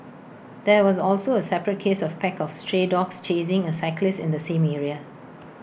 there was also A separate case of pack of stray dogs chasing A cyclist in the same area